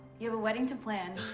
you have a wedding to plan.